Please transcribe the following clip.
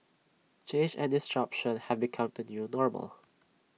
change and disruption have become the new normal